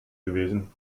gewesen